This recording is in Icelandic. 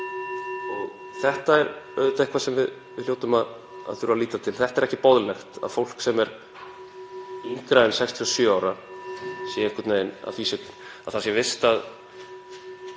Þetta er auðvitað eitthvað sem við hljótum að þurfa að líta til. Það er ekki boðlegt að fólk sem er yngra en 67 ára (Forseti hringir.) sé vistað